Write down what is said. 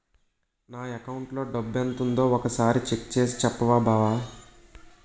నా అకౌంటులో డబ్బెంతుందో ఒక సారి చెక్ చేసి చెప్పవా బావా